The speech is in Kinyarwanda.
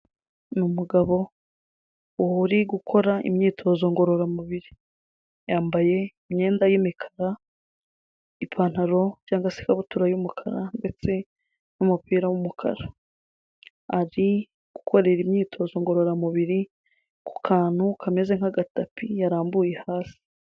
Ni umugabo uri gukora imyitozo ngororamubiri, yambaye imyenda y'imikara, ipantaro cyangwa se ikabutura y'umukara ndetse n'umupira w'umukara, ari gukorera imyitozo ngororamubiri ku kantu kameze nk'agatapi yarambuye hasi.